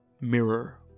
Mirror